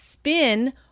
spin